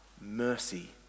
mercy